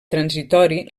transitori